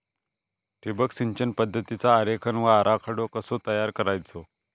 ठिबक सिंचन पद्धतीचा आरेखन व आराखडो कसो तयार करायचो?